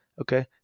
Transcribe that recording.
okay